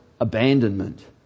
abandonment